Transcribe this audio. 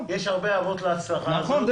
יש הרבה אבות להצלחה הזאת, ואני שותף.